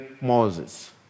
Moses